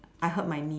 I hurt my knee